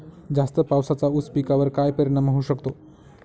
जास्त पावसाचा ऊस पिकावर काय परिणाम होऊ शकतो?